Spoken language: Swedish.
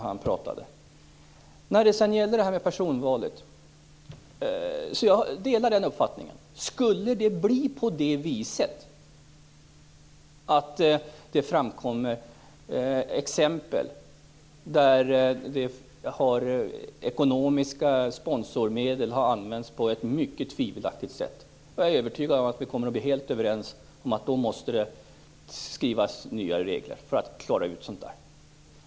I fråga om personvalet delar jag uppfattningen att skulle det framkomma exempel där ekonomiska sponsormedel har använts på ett mycket tvivelaktigt sätt måste det - där är vi helt överens - skrivas nya regler för att klara ut sådant.